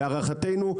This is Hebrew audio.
להערכתנו,